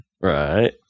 right